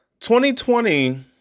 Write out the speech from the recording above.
2020